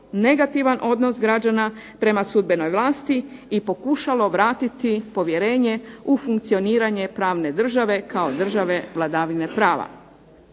negativan odnos građana prema sudbenoj vlasti i pokušalo vratiti povjerenje u funkcioniranje pravne države kao države vladavine prava.